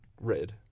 red